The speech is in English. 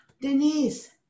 Denise